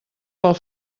pel